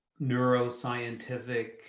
neuroscientific